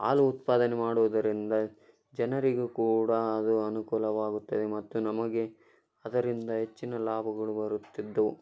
ಹಾಲು ಉತ್ಪಾದನೆ ಮಾಡುವುದರಿಂದ ಜನರಿಗೂ ಕೂಡ ಅದು ಅನುಕೂಲವಾಗುತ್ತದೆ ಮತ್ತು ನಮಗೆ ಅದರಿಂದ ಹೆಚ್ಚಿನ ಲಾಭಗಳು ಬರುತ್ತಿದ್ದವು